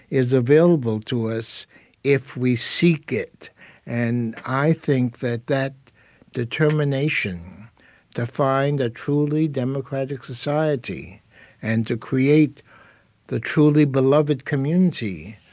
is available to us if we seek it and i think that that determination to find a truly democratic society and to create the truly beloved community,